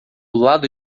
lado